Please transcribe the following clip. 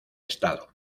estado